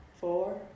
four